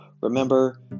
Remember